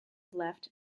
left